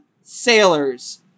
sailors